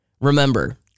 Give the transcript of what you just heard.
Remember